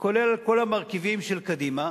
וכולל על כל המרכיבים של קדימה,